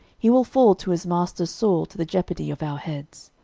he will fall to his master saul to the jeopardy of our heads.